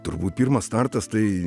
turbūt pirmas startas tai